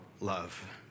love